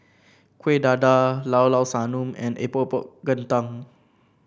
Kueh Dadar Llao Llao Sanum and Epok Epok Kentang